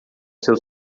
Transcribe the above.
seu